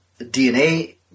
DNA